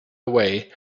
away